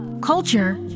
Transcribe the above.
culture